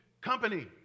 company